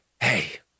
hey